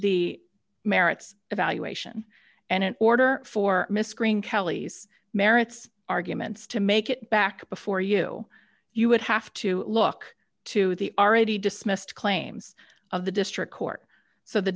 the merits evaluation and in order for miss green kelly's merits arguments to make it back before you you would have to look to the already dismissed claims of the district court so the